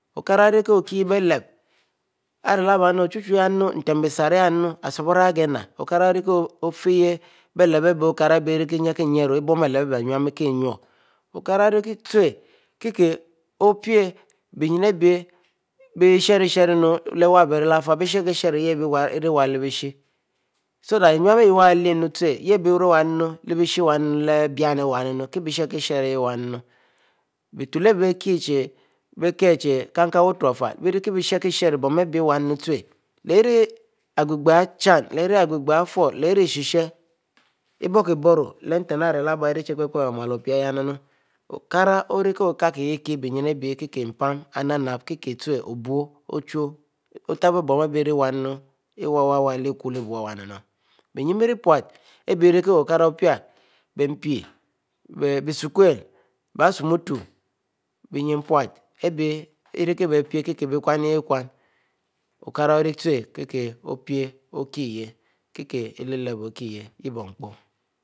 okara ori ko kie blep ari leh bie yehnu nfah biesarieh hieh yeh bielep biefieh, olnara ori-ori ko fieh bielap ibie kie ynek ynd |bunm bielap ari bie byennu abie kiyur, okara ute kiekieh-opie beynn wubie ley fieh bieshi kiisheu leh wubie lesiesheh s that innue iyeh wubie nnu ute, haybie bie sheki sheu, bietule abie-bieh chie bie kieh afieh, bieriekieh sheu sheru bon leh-rie agh-eh ghieh |chien, leh ighe-dhieh ari |efurro leh, irie ishe-shaieh ari bokiburro leh nten ari leh bie nwe ari bie richie pie-pier meul opie-okare ori ko kieh bienne abiekiekieh mpan inap-npeb, kiekieh ute obu chu tebo-boaribie beriwune, iwuyuieh bienne bie rie pute bie mpi bie esukule bie isumtu, bienne pute abie rie kikieh bie pie kie bie cun-ich cun kara oriute k pie kie kieh|leleh boo kie kieh